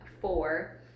four